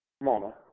Mona